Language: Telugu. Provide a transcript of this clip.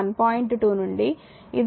2 నుండి